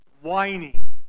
whining